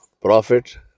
Prophet